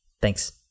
Thanks